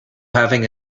having